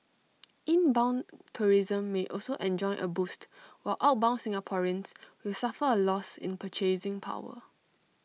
inbound tourism may also enjoy A boost while outbound Singaporeans will suffer A loss in purchasing power